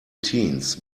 teens